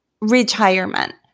retirement